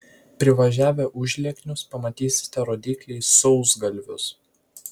privažiavę užlieknius pamatysite rodyklę į sausgalvius